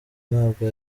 ntabwo